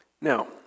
Now